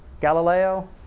Galileo